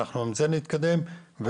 אנחנו יכולים להצליח ולהתקדם.